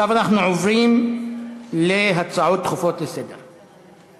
עכשיו אנחנו עוברים להצעות דחופות לסדר-היום,